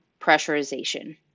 pressurization